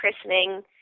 christening